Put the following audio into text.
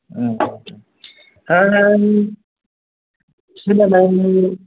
आटसा थारमानि